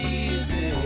easy